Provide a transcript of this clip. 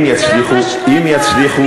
אם יצליחו,